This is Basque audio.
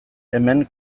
hemen